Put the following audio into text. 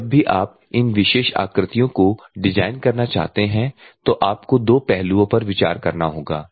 और जब भी आप इन विशेष आकृतियों को डिजाइन करना चाहते हैं तो आपको दो पहलुओं पर विचार करना होगा